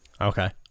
Okay